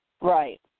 Right